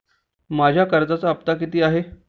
माझा कर्जाचा हफ्ता किती आहे?